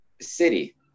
city